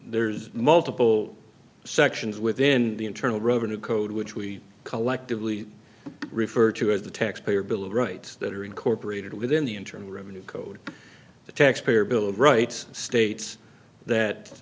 there's multiple sections within the internal revenue code which we collectively refer to as the taxpayer bill of rights that are incorporated within the interim room a new code the taxpayer bill of rights states that